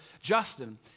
Justin